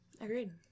Agreed